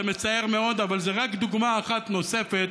זה מצער מאוד אבל זה רק דוגמה אחת נוספת